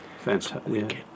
Fantastic